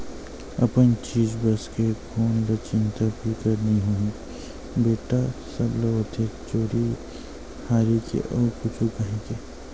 अपन चीज बस के कोन ल चिंता फिकर नइ होही बेटा, सब ल होथे चोरी हारी के अउ कुछु काही के